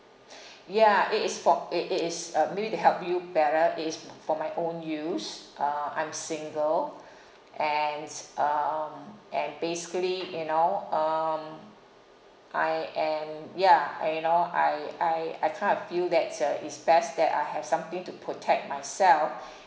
ya it is for it it is uh maybe to help you better it is for my own use uh I'm single and um and basically you know um I am ya and you know I I I kind of feel that's a it's best that I have something to protect myself